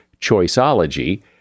Choiceology